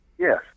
Yes